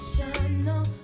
emotional